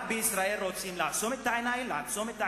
רק בישראל רוצים לעצום את העיניים,